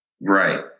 Right